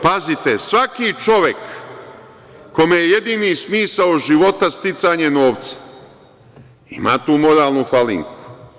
Pazite, svaki čovek kome je jedini smisao života sticanje novca ima tu moralnu falinku.